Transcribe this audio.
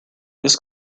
this